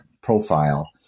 profile